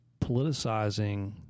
politicizing –